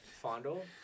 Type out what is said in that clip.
Fondle